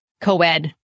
co-ed